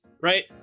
right